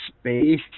space